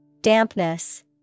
Dampness